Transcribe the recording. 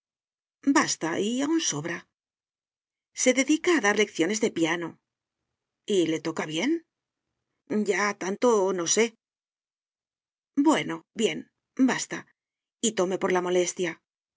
basta y aun sobra se dedica a dar lecciones de piano y le toca bien ya tanto no sé bueno bien basta y tome por la molestia